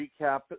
recap